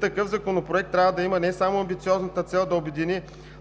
Такъв законопроект трябва да има не само амбициозната цел да обедини